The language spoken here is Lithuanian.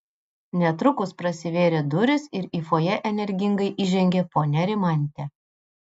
netrukus prasivėrė durys ir į fojė energingai įžengė ponia rimantė